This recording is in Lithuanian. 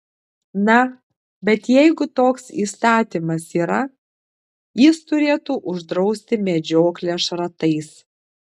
na bet jeigu toks įstatymas yra jis turėtų uždrausti medžioklę šratais